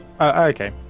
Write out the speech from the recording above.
okay